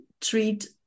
treat